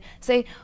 say